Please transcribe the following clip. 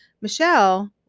Michelle